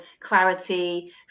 clarity